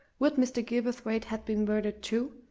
would mr. gilverthwaite have been murdered, too,